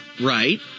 Right